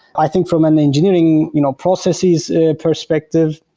i think from an engineering you know processes perspective,